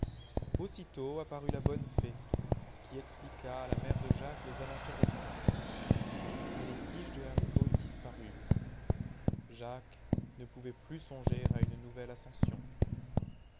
aussitôt apparut la bonne fée qui expliqua à la mère de jacques les aventures de son fils et les tiges de haricots disparurent jacques ne pouvait plus songer à une nouvelle ascension